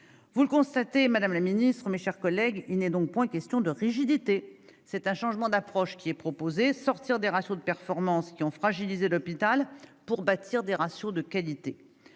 Vous le constatez, madame la ministre, mes chers collègues, il n'est donc point question de rigidité. C'est un changement d'approche qui est proposé : sortir des ratios de performances qui ont fragilisé l'hôpital pour bâtir des ratios de qualité.